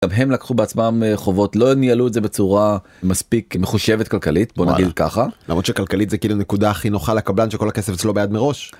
הם לקחו בעצמם חובות, לא ניהלו את זה בצורה מספיק מחושבת כלכלית, בוא נגיד ככה. למרות שכלכלית זה כאילו נקודה הכי נוחה לקבלן שכל הכסף שלו ביד מראש.